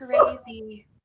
Crazy